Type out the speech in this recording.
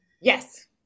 Yes